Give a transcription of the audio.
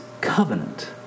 covenant